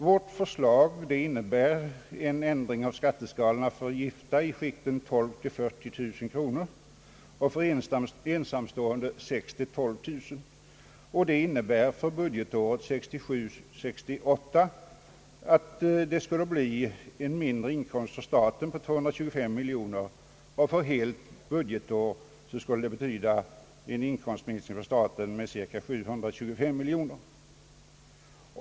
Vårt förslag innebär en ändring av skatteskalorna för gifta i skikten 12 000—40 000 kronor och för ensamstående i skikten 6 000— 12000. Det betyder för budgetåret 1967/68 en minskad inkomst för staten på 225 miljoner kronor. För helt budgetår skulle det betyda en inkomstminskning för staten med cirka 725 miljoner kronor.